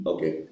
Okay